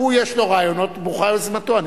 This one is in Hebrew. הוא, יש לו רעיונות, ברוכה יוזמתו.